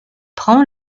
prend